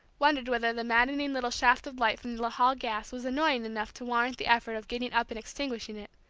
wondering whether the maddening little shaft of light from the hall gas was annoying enough to warrant the effort of getting up and extinguishing it,